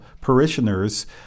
parishioners